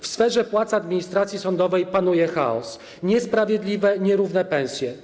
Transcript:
W sferze płac administracji sądowej panuje chaos, występują niesprawiedliwe, nierówne pensje.